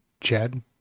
Chad